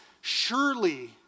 surely